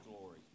glory